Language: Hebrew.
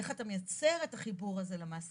איך אתה מייצר את החיבור הזה למעסיקים,